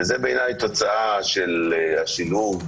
זו בעיניי תוצאה של השילוב,